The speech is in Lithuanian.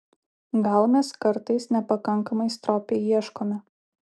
gal mes kartais nepakankamai stropiai ieškome